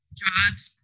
jobs